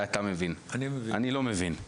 אולי אתה מבין אני לא מבין.